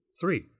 three